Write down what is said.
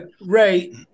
Ray